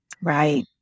Right